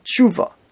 tshuva